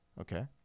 Okay